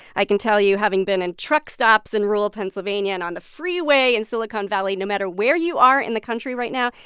i can tell you, having been in truck stops in rural pennsylvania and on the freeway in silicon valley, no matter where you are in the country right now,